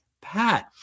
Pat